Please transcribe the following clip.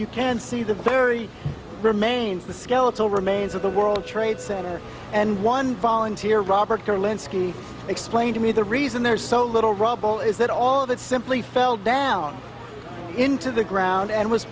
you can see the very remains the skeletal remains of the world trade center and one volunteer robert carlin skee explain to me the reason there's so little rubble is that all of it simply fell down into the ground and was